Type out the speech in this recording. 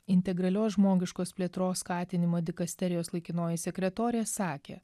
integralios žmogiškos plėtros skatinimo dikasterijos laikinoji sekretorė sakė